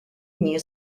nie